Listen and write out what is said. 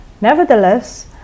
Nevertheless